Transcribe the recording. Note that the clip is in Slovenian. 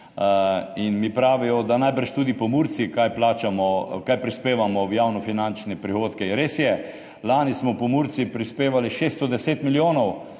in mi pravijo, da najbrž tudi Pomurci kaj plačamo, kaj prispevamo v javnofinančne prihodke. Res je, lani smo Pomurci prispevali 610 milijonov